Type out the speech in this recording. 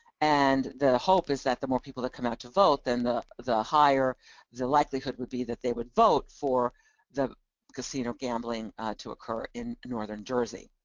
and the hope is that the more people that come out to vote, then the the higher the likelihood would be that they would vote for the casino gambling to occur in northern jersey.